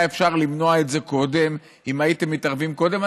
אפשר למנוע את זה קודם אם הייתם מתערבים קודם.